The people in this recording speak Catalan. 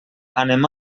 anem